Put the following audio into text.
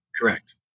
Correct